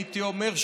הייתי אומר,